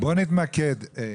בואו נתמקד.